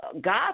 God